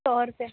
सौ रुपिया